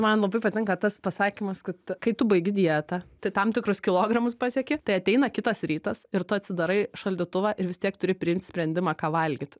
man labai patinka tas pasakymas kad kai tu baigi dietą tai tam tikrus kilogramus pasieki tai ateina kitas rytas ir tu atsidarai šaldytuvą ir vis tiek turi priimt sprendimą ką valgyt